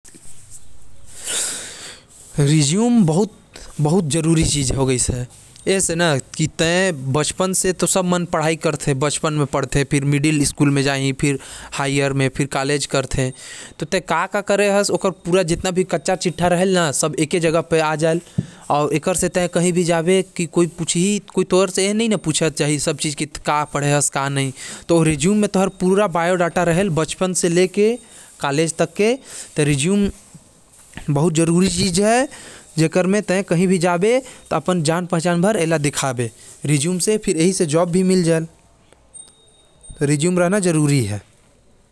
संक्षिप्त विवरण म तोके अपन पूरा जानकारी देना पढ़ी। तै कहा के हस, केतना पढ़े हस, कहा काम करे हस अउ तोर मा बाप कोन हवे, तै कब पैदा होये हस। इतना से तोर काम चल जाहि।